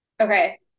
Okay